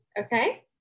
okay